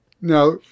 Now